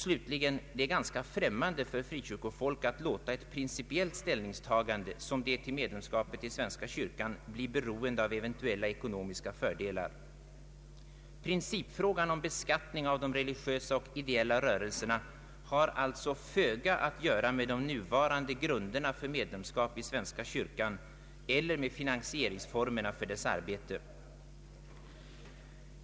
Slutligen: det är ganska främmande för frikyrkofolk att låta ett principiellt ställningstagande som det till medlemskap i svenska kyrkan bli beroende av eventuella ekonomiska fördelar. Principfrågan om beskattning av de religiösa och ideella rörelserna har alltså föga att göra med de nuvarande grunderna för medlemskap i svenska kyrkan eller med finansieringsformerna för dess arbete.